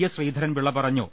S Sreedharan Pillai പറഞ്ഞു